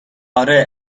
آره